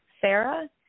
Sarah